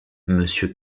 monsieur